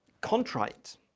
contrite